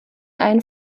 einen